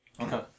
Okay